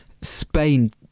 Spain